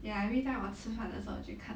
ya every time 我吃饭的时候我去看